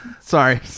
sorry